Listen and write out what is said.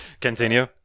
Continue